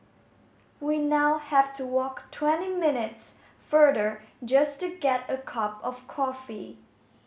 we now have to walk twenty minutes further just to get a cup of coffee